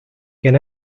can